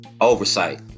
oversight